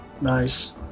Nice